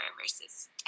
versus